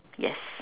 yes